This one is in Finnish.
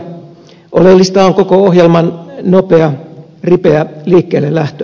oleellista on koko ohjelman nopea ripeä liikkeellelähtö